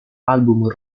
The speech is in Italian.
album